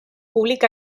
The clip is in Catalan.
públic